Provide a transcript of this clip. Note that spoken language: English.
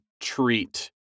treat